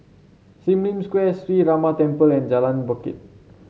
Sim Lim Square Sree Ramar Temple and Jalan Bangket